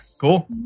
Cool